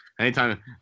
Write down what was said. anytime